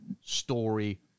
story